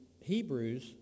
Hebrews